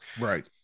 Right